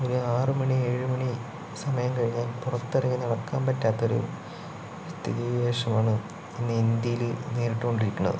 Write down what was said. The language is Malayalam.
ഒരു ആറുമണി ഏഴുമണി സമയം കഴിഞ്ഞാൽ പുറത്തിറങ്ങി നടക്കാൻ പറ്റാത്തൊരു സ്ഥിതി വിശേഷമാണ് ഇന്ന് ഇന്ത്യയില് നേരിട്ടുകൊണ്ടിരിക്കുന്നത്